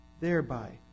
thereby